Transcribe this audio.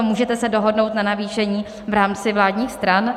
Můžete se dohodnout na navýšení v rámci vládních stran?